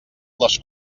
les